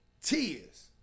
tears